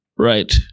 Right